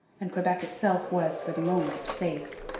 and quebec itself was, for the moment, safe.